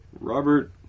Robert